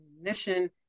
mission